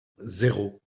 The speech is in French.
zéro